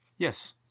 Yes